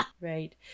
Right